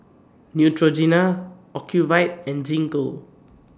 Neutrogena Ocuvite and Gingko